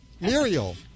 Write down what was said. muriel